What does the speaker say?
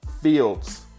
Fields